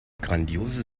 grandiose